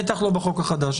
בטח לא בחוק החדש.